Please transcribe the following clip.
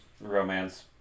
romance